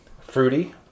fruity